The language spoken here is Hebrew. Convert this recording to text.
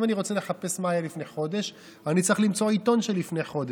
אם אני רוצה לחפש מה היה לפני חודש אני צריך למצוא עיתון מלפני חודש.